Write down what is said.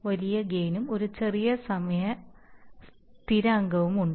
വലിയ ഗെയിൻ ഒരു ചെറിയ സമയ സ്ഥിരാങ്കവുമുണ്ട്